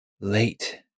late